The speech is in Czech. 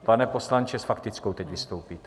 Pane poslanče, s faktickou teď vystoupíte?